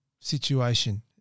situation